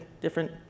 different